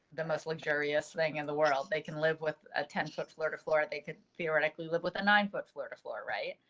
the most luxurious thing in the world, they can live with a ten foot, florida, florida they could theoretically live with a nine foot florida floor. right?